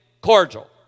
cordial